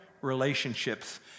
relationships